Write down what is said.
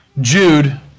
Jude